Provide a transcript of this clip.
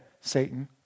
Satan